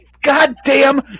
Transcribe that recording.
goddamn